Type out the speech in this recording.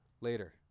later